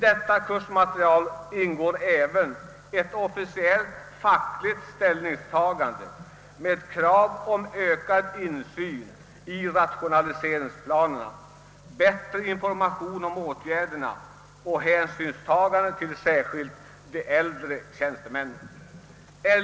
I kursmaterialet ingår ett officiellt fackligt uttalande med krav på ökad insyn i rationaliseringsplanerna, bättre information om åtgärderna och hänsynstagande till särskilt de äldre tjänstemännen.